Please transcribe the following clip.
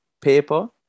paper